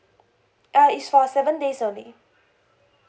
uh it's for seven days only